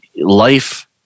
life